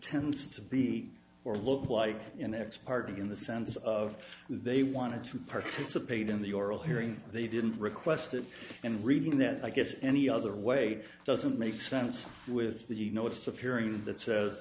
tends to be or look like an x party in the sense of they wanted to participate in the oral hearing they didn't request it and reading that i guess any other way doesn't make sense with the notice of hearing that says